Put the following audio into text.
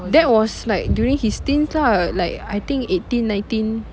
that was like during his teens lah like I think eighteen nineteen